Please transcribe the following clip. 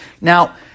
Now